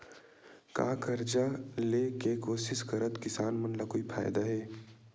का कर्जा ले के कोशिश करात किसान मन ला कोई फायदा हे?